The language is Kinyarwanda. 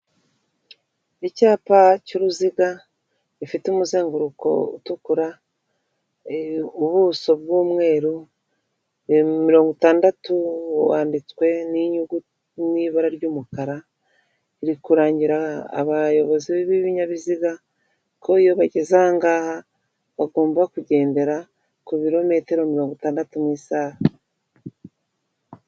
Icyapa cy'uruziga gifite umuzenguruko utukura ubuso bw'umweru mirongo itandatu wanditswe mu ibara ry'umukara ririkurangira abayobozi b'inyabiziga ko iyo bageze ahaha bagomba kugendera ku birometero mirongo itandatu mu isaha.